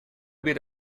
bit